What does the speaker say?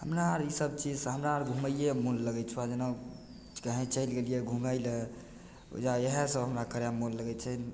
हमरा आर ई सभ चीजसँ हमरा आर घुमैए मे मोन लगय छौ जेना कहीं चलि गेलियै घुमय लए ओइजाँ इएहे सभ हमरा करयमे मोन लगय छै